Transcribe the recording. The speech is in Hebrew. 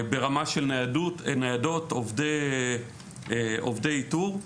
ברמה של ניידות, עובדי איתור.